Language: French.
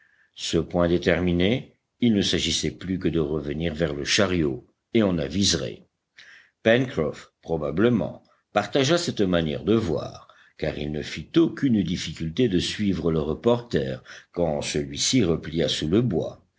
ce point déterminé il ne s'agissait plus que de revenir vers le chariot et on aviserait pencroff probablement partagea cette manière de voir car il ne fit aucune difficulté de suivre le reporter quand celui-ci replia sous le bois